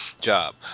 job